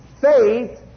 Faith